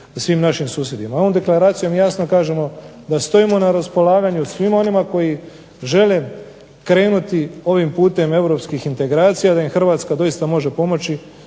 svim našim susjedima. Ovom deklaracijom jasno kažemo da stojimo na raspolaganju svima onima koji žele krenuti ovim putem europskih integracija da im Hrvatska doista može pomoći,